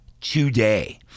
today